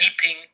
keeping